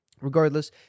Regardless